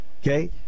Okay